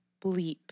bleep